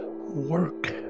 work